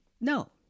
No